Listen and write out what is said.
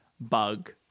bug